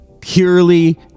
purely